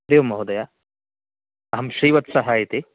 हरिः ओं महोदय अहं श्रीवत्सः इति